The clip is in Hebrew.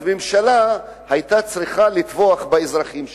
אז ממשלה היתה צריכה לטבוח באזרחים שלה,